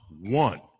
one